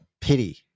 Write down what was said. pity